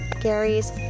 Gary's